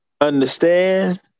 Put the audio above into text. understand